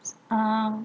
uh